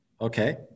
Okay